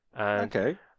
okay